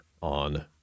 on